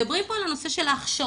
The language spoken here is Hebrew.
מדברים פה על הנושא של ההכשרות.